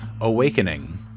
Awakening